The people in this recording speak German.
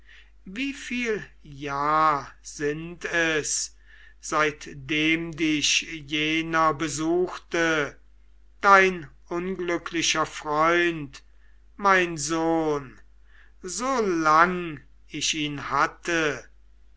wahrheit wieviel jahr sind es seitdem dich jener besuchte dein unglücklicher freund mein sohn so lang ich ihn hatte